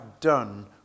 done